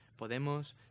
Podemos